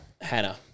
Hannah